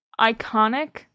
iconic